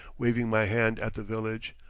waving my hand at the village.